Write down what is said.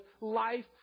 life